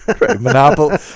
Monopoly